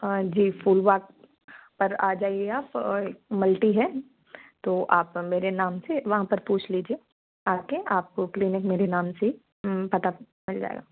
हाँ जी फुल बाग़ पर आ जाइए आप मल्टी है तो आप मेरे नाम से वहाँ पर पूछ लीजिए आ कर आपको क्लीनिक मेरे नाम से पता मिल जाएगा